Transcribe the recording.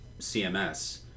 CMS